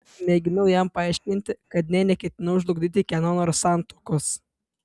mėginau jam paaiškinti kad nė neketinau žlugdyti kieno nors santuokos